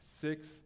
six